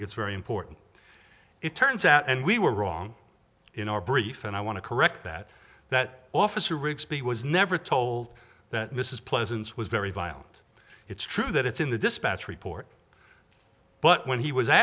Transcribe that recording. think it's very important it turns out and we were wrong in our brief and i want to correct that that officer rigsby was never told that this is pleasants was very violent it's true that it's in the dispatch report but when he was